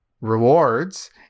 Rewards